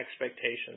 expectations